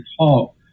talk